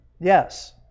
Yes